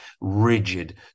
rigid